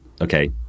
okay